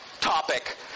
topic